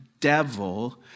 devil